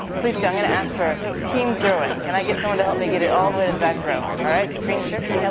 please do, i'm gonna ask for team throwing. can i get someone to help me get it all the way to the back row. alright, green shirt,